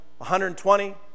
120